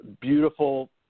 beautiful